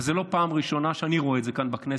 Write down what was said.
אבל זו לא פעם ראשונה שאני רואה את זה כאן בכנסת.